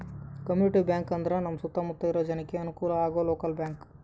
community bank ಅಂದ್ರ ನಮ್ ಸುತ್ತ ಮುತ್ತ ಇರೋ ಜನಕ್ಕೆ ಅನುಕಲ ಆಗೋ ಲೋಕಲ್ ಬ್ಯಾಂಕ್